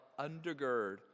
undergird